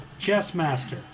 Chessmaster